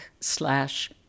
slash